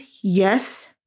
yes